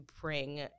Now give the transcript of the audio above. bring